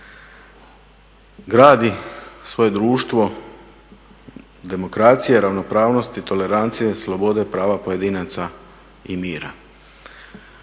gradi svoje društvo demokracije, ravnopravnosti, tolerancije, slobode, prava pojedinaca i mira.